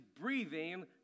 breathing